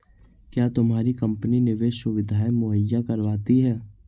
क्या तुम्हारी कंपनी निवेश सुविधायें मुहैया करवाती है?